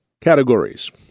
categories